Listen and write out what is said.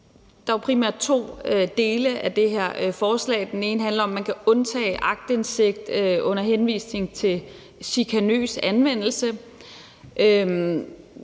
læser primært to dele af det her forslag. Det ene handler om, at man kan undtage fra retten til aktindsigt under henvisning til chikanøs anvendelse.